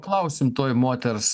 klausim tuoj moters